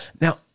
Now